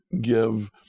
give